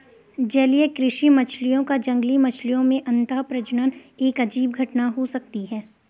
जलीय कृषि मछलियों का जंगली मछलियों में अंतःप्रजनन एक अजीब घटना हो सकती है